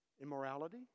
Immorality